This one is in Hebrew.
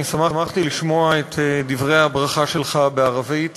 אני שמחתי לשמוע את דברי הברכה שלך בערבית